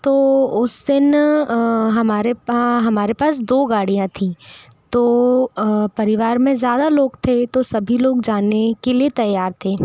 तो उस दिन हमारे पा हमारे पास दो गाड़ियाँ थी तो परिवार में ज़्यादा लोग थे तो सभी लोग जाने के लिए तैयार थे